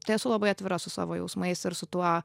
tai esu labai atvira su savo jausmais ir su tuo